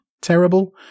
terrible